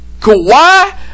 Kawhi